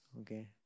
okay